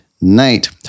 night